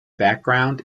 background